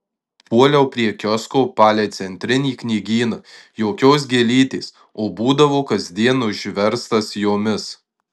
puoliau prie kiosko palei centrinį knygyną jokios gėlytės o būdavo kasdien užverstas jomis